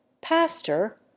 pastor